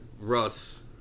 Russ